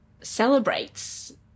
celebrates